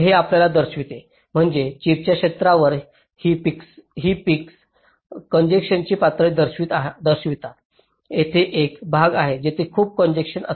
हे आपल्याला दर्शवते म्हणजे चिपच्या क्षेत्रावर ही पीक्स कॉन्जेन्शन्सची पातळी दर्शवितात तेथे एक भाग आहे जिथे खूप कॉन्जेन्शन्स असते